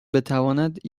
بتواند